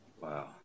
Wow